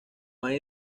hay